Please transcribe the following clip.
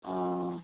अ